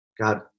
God